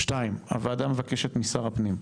שתיים, הוועדה מבקשת משר הפנים,